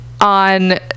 on